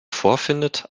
vorfindet